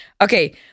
Okay